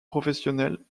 professionnel